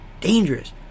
dangerous